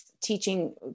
teaching